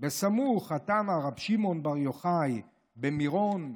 בסמוך התנא רבי שמעון בר יוחאי במירון,